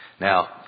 Now